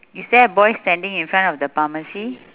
is there a boy standing in front of the pharmacy